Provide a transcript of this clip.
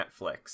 Netflix